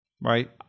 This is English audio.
Right